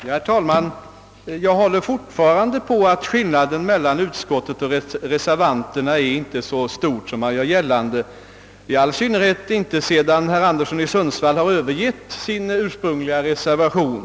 Herr talman! Jag vidhåller min uppfattning att skillnaden mellan utskottets och reservanternas förslag inte är så stor som man gör gällande — i all synnerhet inte sedan herr Anderson i Sundsvall övergivit sin ursprungliga reservation.